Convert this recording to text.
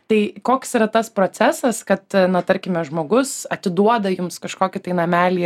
tai koks yra tas procesas kad na tarkime žmogus atiduoda jums kažkokį tai namelį